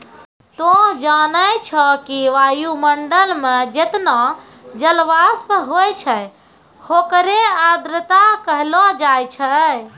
तोहं जानै छौ कि वायुमंडल मं जतना जलवाष्प होय छै होकरे आर्द्रता कहलो जाय छै